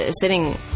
sitting